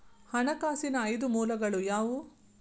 ಹಣಕಾಸಿನ ಐದು ಮೂಲಗಳು ಯಾವುವು?